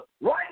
Right